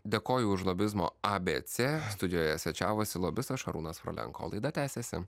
dėkoju už lobizmo abc studijoje svečiavosi lobistas šarūnas frolenko o laida tęsiasi